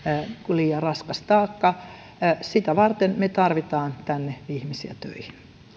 liian raskas taakka sitä varten me tarvitsemme tänne ihmisiä töihin